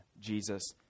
Jesus